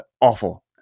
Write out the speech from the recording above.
awful